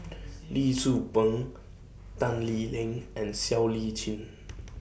Lee Tzu Pheng Tan Lee Leng and Siow Lee Chin